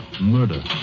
murder